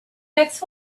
next